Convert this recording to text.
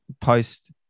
post